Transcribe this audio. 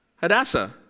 Hadassah